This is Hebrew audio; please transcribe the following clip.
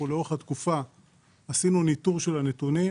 לאורך התקופה עשינו ניטור של הנתונים